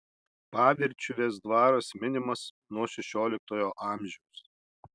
pavirčiuvės dvaras minimas nuo šešioliktojo amžiaus